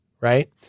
right